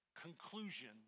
conclusion